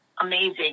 amazing